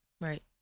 Right